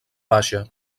baixa